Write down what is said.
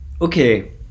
okay